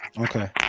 okay